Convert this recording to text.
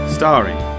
Starring